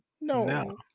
no